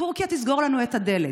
טורקיה תסגור לנו את הדלת,